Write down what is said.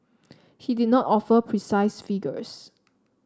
he did not offer precise figures